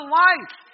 life